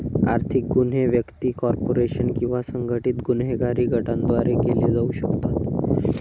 आर्थिक गुन्हे व्यक्ती, कॉर्पोरेशन किंवा संघटित गुन्हेगारी गटांद्वारे केले जाऊ शकतात